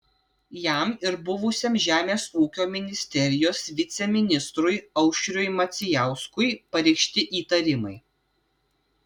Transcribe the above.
jam ir buvusiam žemės ūkio ministerijos viceministrui aušriui macijauskui pareikšti įtarimai